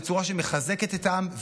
בצורה שמחזקת את העם,